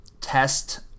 test